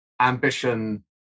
ambition